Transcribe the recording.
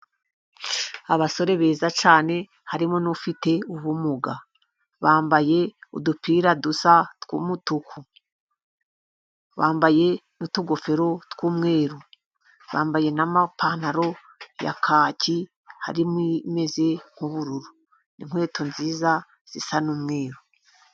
Abasore beza cyane harimo n'ufite ubumuga. Bambaye udupira dusa tw'umutuku. Bambaye n'utugofero tw'umweru. Bambaye n'amapantaro ya kaki. Harimo imeze nk'ubururu, inkweto nziza zisa n'umweruru.